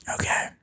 okay